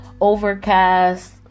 Overcast